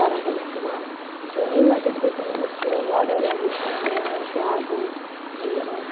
کَران وۄنۍ اِستعمال تہٕ اَمہِ وجہ سۭتۍ یُس یہِ ماڈٲرنایزیشَن آیہِ یا کیٛاہ گوٚو کہِ